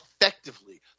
effectively –